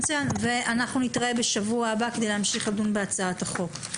אנחנו נתראה בשבוע הבא כדי להמשיך לדון בהצעת החוק.